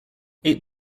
eight